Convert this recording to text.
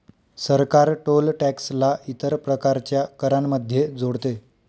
सरकार toll tax ला इतर प्रकारच्या करांमध्ये जोडते